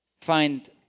find